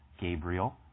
Gabriel